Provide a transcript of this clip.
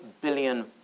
billion